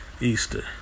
Easter